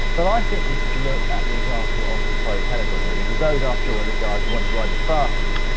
but i think we should look at the example of the pro peloton here, because those after all are the guys who want to ride the fastest,